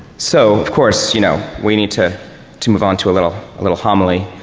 so, of course, you know we need to to move on to a little little homily,